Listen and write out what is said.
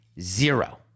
zero